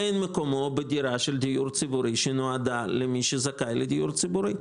אין מקומו בדירה של דיור ציבורי שנועדה למי שזכאי לדיור ציבורי.